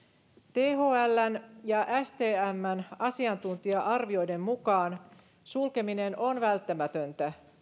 thln ja stmn asiantuntija arvioiden mukaan sulkeminen on välttämätöntä